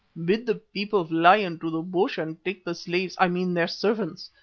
bid the people fly into the bush and take the slaves i mean their servants.